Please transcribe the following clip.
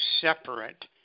separate